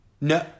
No